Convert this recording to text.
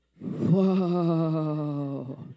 Whoa